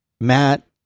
Matt